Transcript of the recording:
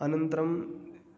अनन्तरं